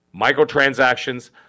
microtransactions